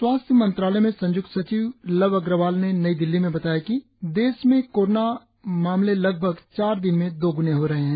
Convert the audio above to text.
स्वास्थ्य मंत्रालय में संयुक्त सचिव लव अग्रवाल ने नई दिल्ली में बताया कि देश में कोरोना मामले लगभग चार दिन में दोग्ने हो रहे हैं